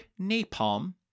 Napalm